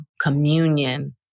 communion